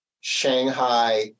Shanghai